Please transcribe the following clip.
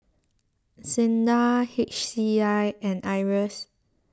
Sinda H C I and Iras